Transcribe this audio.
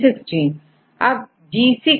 C का नंबर1234 अर्थात4 है